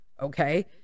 Okay